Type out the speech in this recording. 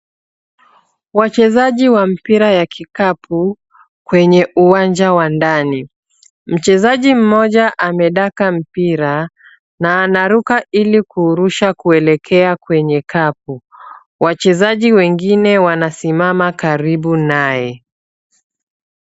Wachezaji wa mpira ya kikapu kwenye uwanja wa ndani. Mchezaji mmoja amedaka mpira na anaruka ili kuurusha kuelekea kwenye kapu. Wachezaji wengine wanasimama karibu naye.